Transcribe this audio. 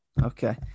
Okay